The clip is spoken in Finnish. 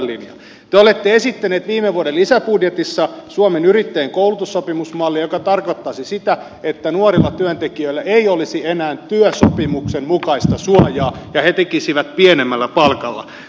te olette esittäneet viime vuoden lisäbudjetissa suomen yrittäjien koulutussopimusmallia joka tarkoittaisi sitä että nuorilla työntekijöillä ei olisi enää työsopimuksen mukaista suojaa ja he tekisivät pienemmällä palkalla